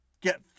get